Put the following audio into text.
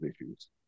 issues